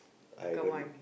I don't